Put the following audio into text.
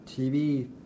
TV